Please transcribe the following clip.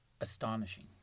astonishing